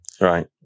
right